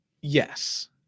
Yes